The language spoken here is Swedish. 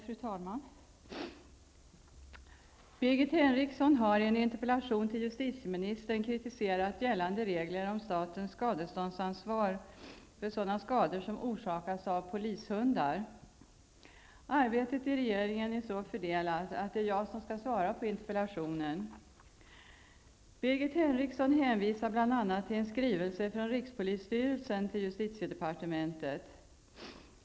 Fru talman! Birgit Henriksson har i en interpellation till justitieministern kritiserat gällande regler om statens skadeståndsansvar för sådana skador som orsakas av polishundar. Arbetet i regeringen är så fördelat att det är jag som skall svara på interpellationen. Birgit Henriksson hänvisar bl.a. till en skrivelse från rikspolisstyrelsen till justitiedepartementet.